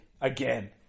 again